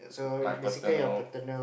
my paternal